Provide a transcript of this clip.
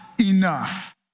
enough